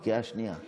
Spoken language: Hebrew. אנחנו מצביעים